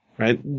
Right